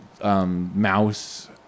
Mouse